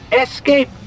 Escape